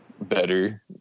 better